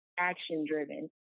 Action-driven